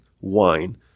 wine